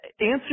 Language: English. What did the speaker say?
Answer